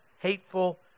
hateful